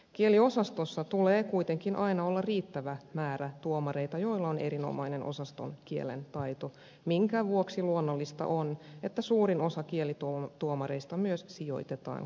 kieliosastossa tulee kuitenkin aina olla riittävä määrä tuomareita joilla on erinomainen osaston kielen taito minkä vuoksi luonnollista on että suurin osa kielituomareista myös sijoitetaan kieliosastolle